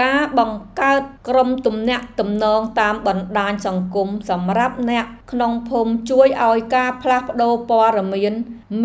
ការបង្កើតក្រុមទំនាក់ទំនងតាមបណ្តាញសង្គមសម្រាប់អ្នកក្នុងភូមិជួយឱ្យការផ្លាស់ប្តូរព័ត៌មាន